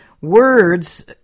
words